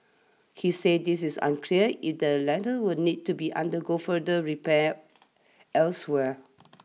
he said this is unclear if the latter will need to undergo further repairs elsewhere